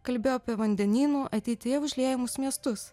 kalbėjo apie vandenynų ateityje užliejamus miestus